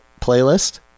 playlist